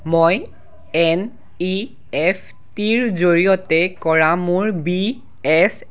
মই N E F টিৰ জৰিয়তে কৰা মোৰ বি এছ